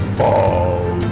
fall